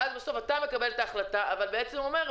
ואז בסוף מקבלים את ההחלטה אבל בעצם אומרים: